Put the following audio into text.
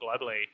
globally